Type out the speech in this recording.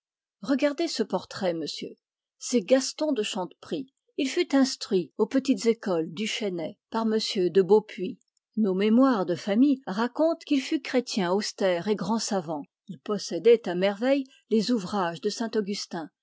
regardez ce portrait monsieur c'est gaston de chanteprie il fut instruit aux petites écoles du chesnai par m de beaupuis nos mémoires de familles racontent qu'il fut chrétien austère et grand savant il possédait à merveille les ouvrages de